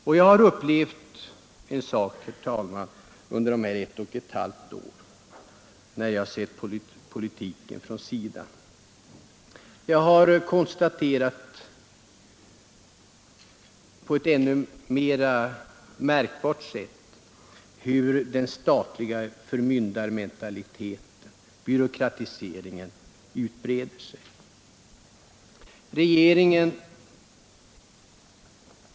Och jag har upplevt en sak, herr talman, under dessa ett och ett halvt år när jag sett politiken från sidan. I högre grad än tidigare har jag kunnat konstatera hur den statliga förmyndarmentaliteten, byråkratiseringen, utbreder sig.